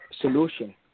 solution